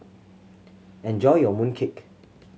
enjoy your mooncake